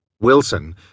Wilson